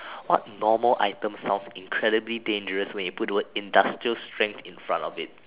what normal item sounds incredibly dangerous when you put the word industrial strength in front of it